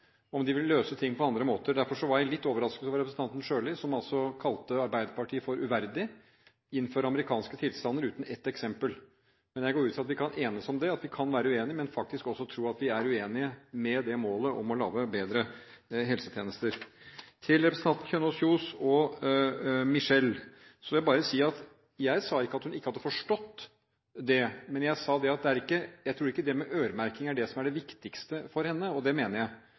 om de vil løse tingene på andre måter. Derfor er jeg litt overrasket over representanten Sjøli, som altså kalte Arbeiderpartiet for uverdig og anklaget Arbeiderpartiet for å innføre amerikanske tilstander uten å gi et eksempel. Jeg går ut fra at vi kan enes om at vi kan være uenige, men at vi faktisk også kan være enige om målet, å lage bedre helsetjenester. Til representanten Kjønaas Kjos og Michelle: Jeg sa ikke at hun ikke hadde forstått det med øremerking, men at jeg ikke tror det med øremerking er det viktigste for henne. Og det mener jeg. Jeg mener det viktigste for henne og